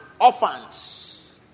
Orphans